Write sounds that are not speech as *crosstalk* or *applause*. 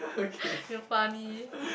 *breath* you funny